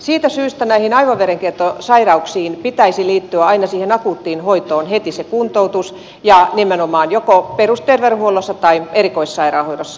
siitä syystä näihin aivoverenkiertosairauksiin siihen akuuttiin hoitoon pitäisi liittyä aina heti se kuntoutus ja nimenomaan joko perusterveydenhuollossa tai erikoissairaanhoidossa